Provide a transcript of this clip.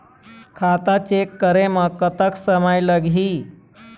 खाता चेक करे म कतक समय लगही?